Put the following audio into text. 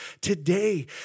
today